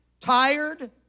tired